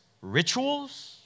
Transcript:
rituals